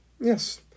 Yes